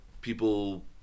people